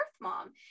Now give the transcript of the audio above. mom